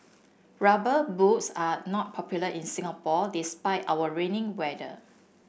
rubber boots are not popular in Singapore despite our rainy weather